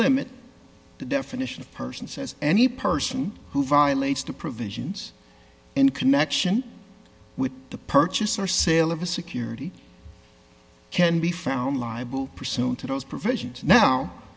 limit the definition of person says any person who violates the provisions in connection with the purchase or sale of a security can be found liable for so to those provisions now